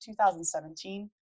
2017